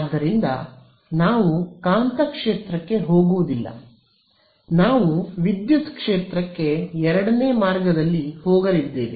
ಆದ್ದರಿಂದ ನಾವು ಕಾಂತಕ್ಷೇತ್ರಕ್ಕೆ ಹೋಗುವುದಿಲ್ಲ ನಾವು ವಿದ್ಯುತ್ ಕ್ಷೇತ್ರಕ್ಕೆ ಎರಡನೇ ಮಾರ್ಗದಲ್ಲಿ ಹೋಗಲಿದ್ದೇವೆ